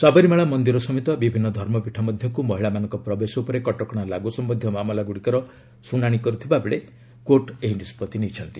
ସାବରିମାଳା ମନ୍ଦିର ସମେତ ବିଭିନ୍ନ ଧର୍ମପୀଠ ମଧ୍ୟକୁ ମହିଳାମାନଙ୍କ ପ୍ରବେଶ ଉପରେ କଟକଣା ଲାଗୁ ସମ୍ଭନ୍ଧୀୟ ମାମଲାଗୁଡ଼ିକର ଶୁଣାଣି କରୁଥିବା ବେଳେ କୋର୍ଟ୍ ଏହି ନିଷ୍ପଭି ନେଇଛନ୍ତି